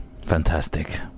fantastic